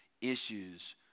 issues